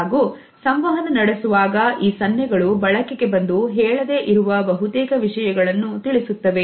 ಹಾಗೂ ಸಂವಹನ ನಡೆಸುವಾಗ ಈ ಸನ್ನೆಗಳು ಬಳಕೆಗೆ ಬಂದು ಹೇಳದೆ ಇರುವ ಬಹುತೇಕ ವಿಷಯಗಳನ್ನು ತಿಳಿಸುತ್ತವೆ